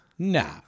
Nah